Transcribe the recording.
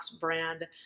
brand